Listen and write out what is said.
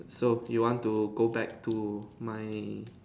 so you want to go back to my